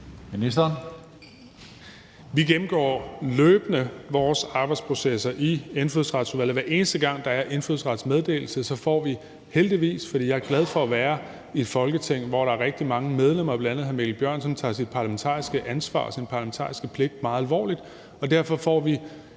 Vi gennemgår løbende vores arbejdsprocesser i Indfødsretsudvalget. Hver eneste gang der er indfødsrets meddelelse, får vi heldigvis – og jeg er glad for at være i Folketinget, hvor der er rigtig mange medlemmer, bl.a. hr. Mikkel Bjørn, som tager sit parlamentariske ansvar og sin parlamentariske pligt meget alvorligt